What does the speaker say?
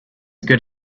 good